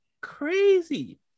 crazy